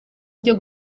byo